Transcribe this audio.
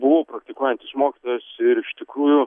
buvau praktikuojantis mokytojas ir iš tikrųjų